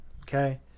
okay